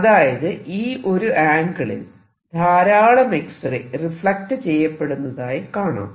അതായത് ഈ ഒരു ആംഗിളിൽ ധാരാളം എക്സ്റേ റിഫ്ലക്ട് ചെയ്യപ്പെടുന്നതായി കാണാം